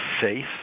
faith